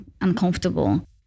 uncomfortable